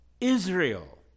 Israel